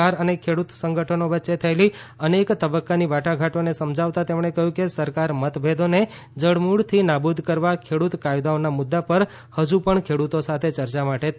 સરકાર અને ખેડૂત સંગઠનો વચ્ચે થયેલી અનેક તબક્કાની વાટાઘાટોને સમજાવતાં તેમણે કહ્યું કે સરકાર મતભેદોને જડમૂળથી નાબૂદ કરવા ખેડૂત કાયદાઓના મુદ્દા પર હજુ પણ ખેડૂતો સાથે ચર્ચા માટે તૈયાર છે